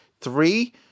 Three